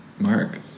mark